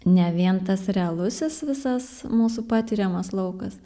ne vien tas realusis visas mūsų patiriamas laukas